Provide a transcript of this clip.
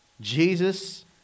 Jesus